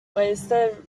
oyster